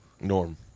Norm